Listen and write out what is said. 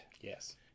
Yes